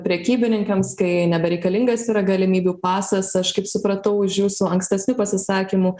prekybininkams kai nebereikalingas yra galimybių pasas aš kaip supratau iš jūsų ankstesnių pasisakymų